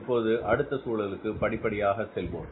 இப்போது அடுத்த சூழலுக்கு படிப்படியாக செல்வோம்